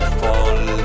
fall